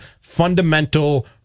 fundamental